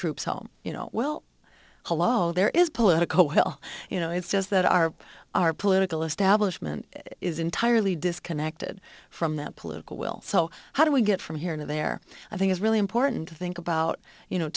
troops home you know well hello there is political will you know it's just that our our political establishment is entirely disconnected from the political will so how do we get from here to there i think is really important to think about you know